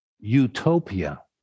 utopia